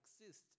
exist